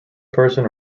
person